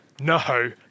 No